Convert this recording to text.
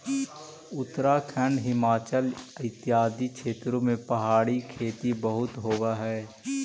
उत्तराखंड, हिमाचल इत्यादि क्षेत्रों में पहाड़ी खेती बहुत होवअ हई